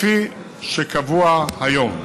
כפי שקבוע היום.